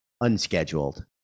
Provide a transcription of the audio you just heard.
unscheduled